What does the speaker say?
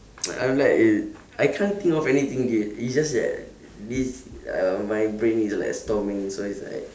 I'm like uh I can't think of anything dude it's just that this uh my brain is like storming so it's like